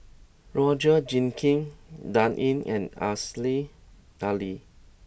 Roger Jenkins Dan Ying and Aziza Ali